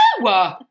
No